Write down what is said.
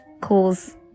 cause